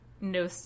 no